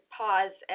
pause